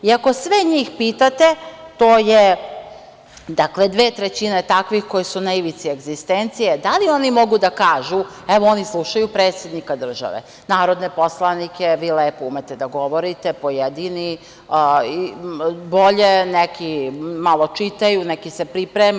I ako sve njih pitate, to je, dve trećine takvih koji su na ivici egzistencije, da li oni mogu da kažu, evo ni slušaju predsednika države, narodne poslanike, vi lepo umete da govorite, pojedini bolje, neki malo čitaju, neki se pripreme.